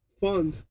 fund